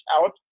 out